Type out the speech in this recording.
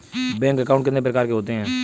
Bank account कितने प्रकार के होते हैं?